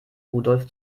rudolf